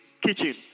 kitchen